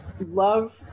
love